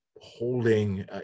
holding